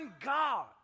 God